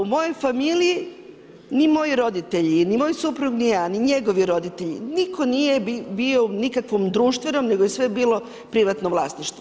U mojoj familiji ni moji roditelji, ni moj suprug ni ja, ni njegovi roditelji nitko nije bio u nikakvom društvenom, nego je sve bilo privatno vlasništvo.